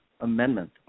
Amendment